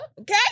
Okay